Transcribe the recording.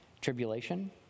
tribulation